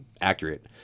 accurate